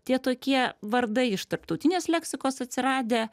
tie tokie vardai iš tarptautinės leksikos atsiradę